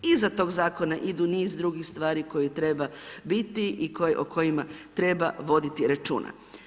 Iza toga zakona idu niz drugih stvari koje treba biti i o kojima treba voditi računa.